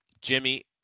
Jimmy